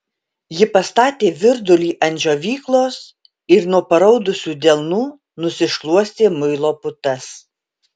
ji pastatė virdulį ant džiovyklos ir nuo paraudusių delnų nusišluostė muilo putas